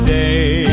day